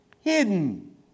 hidden